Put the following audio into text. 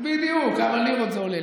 בדיוק, כמה לירות זה עולה.